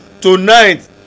Tonight